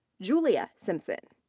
julia simpson.